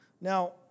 Now